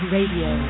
Radio